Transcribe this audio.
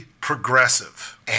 progressive